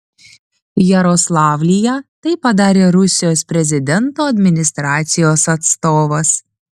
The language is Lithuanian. jaroslavlyje tai padarė rusijos prezidento administracijos atstovas